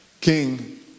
King